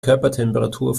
körpertemperatur